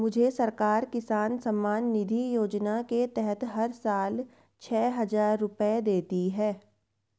मुझे सरकार किसान सम्मान निधि योजना के तहत हर साल छह हज़ार रुपए देती है